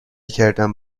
کردم